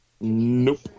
Nope